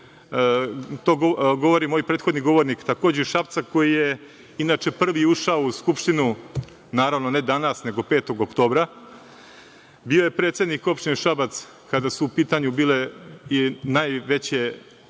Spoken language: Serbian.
isto govori prethodni govornik, takođe iz Šapca, koji je inače prvi ušao u Skupštinu, naravno, ne danas, nego 5. oktobra. Bio je predsednik Opštine Šabac, kada su u pitanju bile najveće